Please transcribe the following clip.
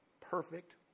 perfect